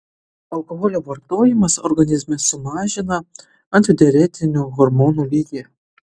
alkoholio vartojimas organizme sumažina antidiuretinių hormonų lygį